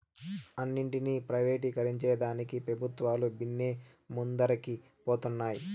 అన్నింటినీ ప్రైవేటీకరించేదానికి పెబుత్వాలు బిన్నే ముందరికి పోతన్నాయి